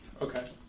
okay